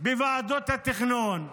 בוועדות התכנון.